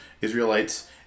Israelites